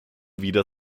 wieder